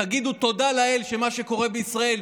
תגידו תודה לאל שמה שקורה בישראל,